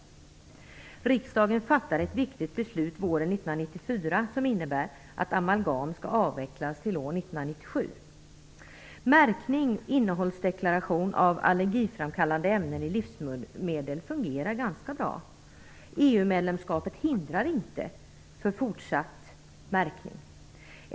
Riksdagen fattade ett viktigt beslut våren 1994 som innebär att amalgam skall avvecklas till år 1997. Märkning och innehållsdeklaration av allergiframkallande ämnen i livsmedel fungerar ganska bra. EU medlemskapet hindrar inte fortsatt märkning.